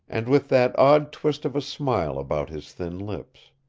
and with that odd twist of a smile about his thin lips.